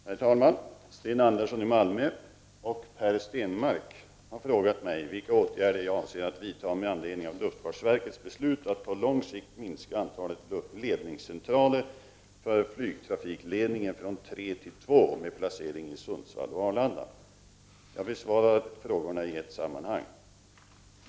Herr talman! Sten Andersson i Malmö och Per Stenmarck har frågat mig vilka åtgärder jag avser att vidtaga med anledning av luftfartsverkets beslut att på lång sikt minska antalet ledningscentraler för flygtrafikledningen från tre till två, med placering i Sundsvall och Arlanda. Jag besvarar frågorna i ett sammanhang.